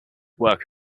work